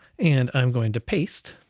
and i'm going to paste.